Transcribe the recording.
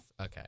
Okay